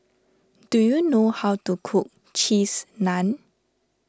do you know how to cook Cheese Naan